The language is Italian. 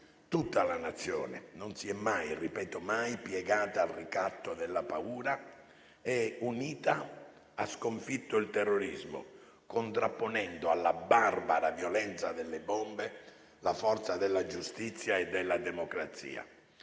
tutta la Nazione non si è mai - ripeto mai - piegata al ricatto della paura e, unita, ha sconfitto il terrorismo, contrapponendo alla barbara violenza delle bombe la forza della giustizia e della democrazia.